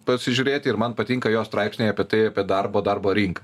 pasižiūrėti ir man patinka jo straipsniai apie tai apie darbo darbo rinką